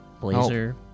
blazer